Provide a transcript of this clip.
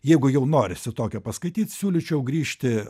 jeigu jau norisi tokio paskaityti siūlyčiau grįžti